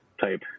type